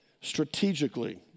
strategically